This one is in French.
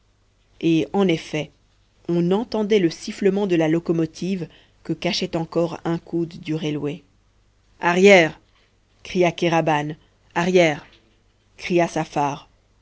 et en effet on entendait le sifflet de la locomotive que cachait encore un coude du railway arrière cria